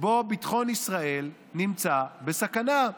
שבו ביטחון ישראל נמצא בסכנה.